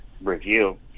review